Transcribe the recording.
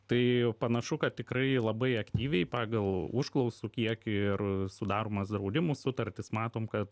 tai panašu kad tikrai labai aktyviai pagal užklausų kiekį ir sudaromas draudimų sutartis matom kad